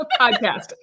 Podcast